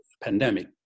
pandemic